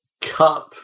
cut